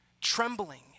Trembling